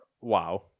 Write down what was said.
Wow